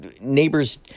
neighbors